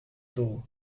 taureau